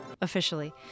officially